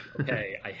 okay